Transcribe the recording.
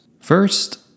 First